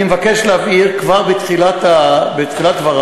אני מבקש להבהיר כבר בתחילת דברי,